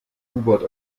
hubert